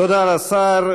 תודה לשר.